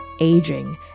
aging